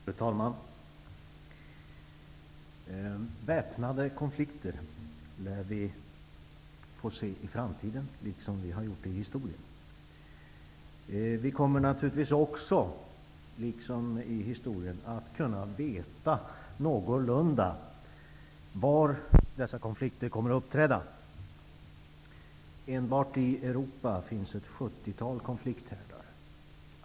Fru talman! Väpnade konflikter lär vi få se i framtiden, liksom vi har sett under historien. Vi kommer naturligtvis också att veta någorlunda var dessa konflikter kommer att uppträda. Enbart i Europa finns ett sjuttiotal konflikthärdar.